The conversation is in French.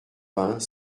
vingt